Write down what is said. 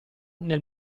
nel